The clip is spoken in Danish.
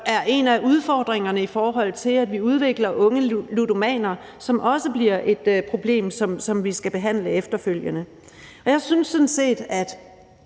er en af udfordringerne, i forhold til at vi udvikler unge ludomaner, som også bliver et problem, vi skal behandle efterfølgende. Jeg synes sådan set,